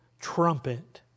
trumpet